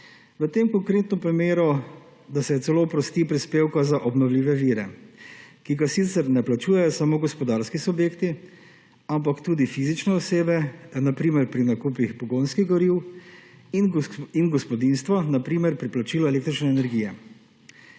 V tem konkretnem primeru, da se celo oprosti prispevka za obnovljive vire, ki ga sicer ne plačujejo samo gospodarski subjekti, ampak tudi fizične osebe, na primer pri nakupih pogonskih goriv in gospodinjstva, na primer pri plačilu električne energije.